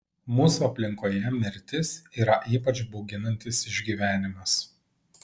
mūsų aplinkoje mirtis yra ypač bauginantis išgyvenimas